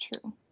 true